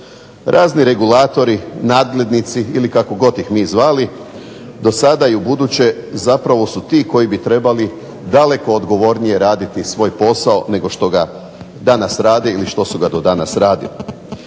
Razni regulatori, nadglednici ili kako god ih mi zvali do sada i ubuduće zapravo su ti koji bi trebali daleko odgovornije raditi svoj posao nego što ga danas rade ili što su ga do danas radili.